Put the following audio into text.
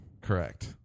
Correct